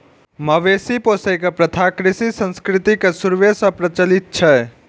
मवेशी पोसै के प्रथा कृषि संस्कृति के शुरूए सं प्रचलित छै